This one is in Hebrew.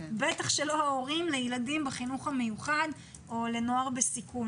בטח שלא הורים לילדים בחינוך המיוחד או הורים לנוער בסיכון.